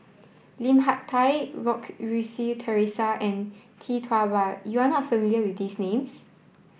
Lim Hak Tai Goh Rui Si Theresa and Tee Tua Ba you are not familiar with these names